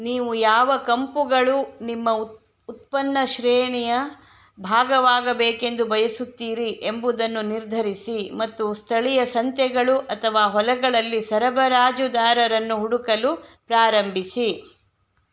ನೀವು ಯಾವ ಕಂಪುಗಳು ನಿಮ್ಮ ಉ ಉತ್ಪನ್ನ ಶ್ರೇಣಿಯ ಭಾಗವಾಗಬೇಕೆಂದು ಬಯಸುತ್ತೀರಿ ಎಂಬುದನ್ನು ನಿರ್ಧರಿಸಿ ಮತ್ತು ಸ್ಥಳೀಯ ಸಂತೆಗಳು ಅಥವಾ ಹೊಲಗಳಲ್ಲಿ ಸರಬರಾಜುದಾರರನ್ನು ಹುಡುಕಲು ಪ್ರಾರಂಭಿಸಿ